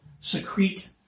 secrete